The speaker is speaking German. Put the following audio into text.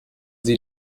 sie